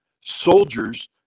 soldiers